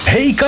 Hey